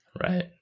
Right